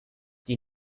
die